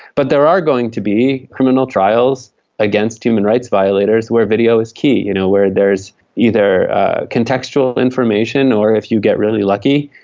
but there are going to be criminal trials against human rights violators where video is key, you know where there is either contextual information or, if you get really lucky,